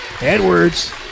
Edwards